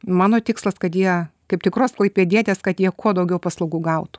mano tikslas kad jie kaip tikros klaipėdietės kad jie kuo daugiau paslaugų gautų